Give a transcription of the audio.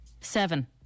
Seven